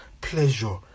Pleasure